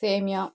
సేమ్య